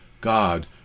God